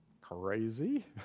Crazy